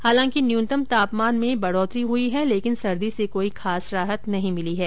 हालाँकि न्यूनतम तापमान में बढोतरी हई है लेकिन सर्दी से कोई खास राहत नहीं मिली है